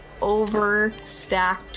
overstacked